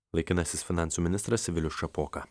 laikinasis finansų ministras vilius šapoka